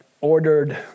ordered